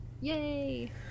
yay